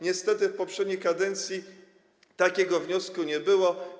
Niestety, w poprzedniej kadencji takiego wniosku nie było.